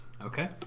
Okay